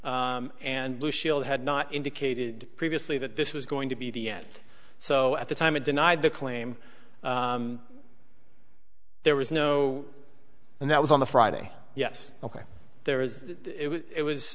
and blue shield had not indicated previously that this was going to be the end so at the time it denied the claim there was no and that was on the friday yes ok there is it